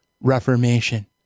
Reformation